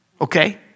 Okay